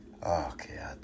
Okay